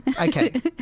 Okay